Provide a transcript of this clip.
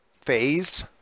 phase